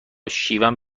شیون